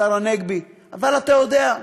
השר הנגבי, אבל אתה יודע.